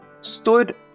stood